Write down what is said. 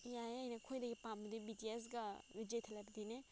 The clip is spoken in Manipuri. ꯌꯥꯏ ꯑꯩꯅ ꯈ꯭ꯋꯥꯏꯗꯒꯤ ꯄꯥꯝꯕꯗꯤ ꯕꯤ ꯇꯤ ꯑꯦꯁꯀ ꯕꯤꯖꯦ ꯊꯂꯥꯄꯊꯤꯅꯦ